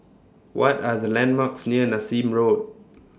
What Are The landmarks near Nassim Road